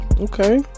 Okay